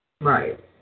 right